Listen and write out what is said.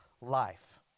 life